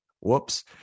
Whoops